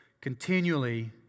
continually